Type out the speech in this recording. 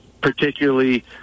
Particularly